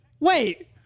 Wait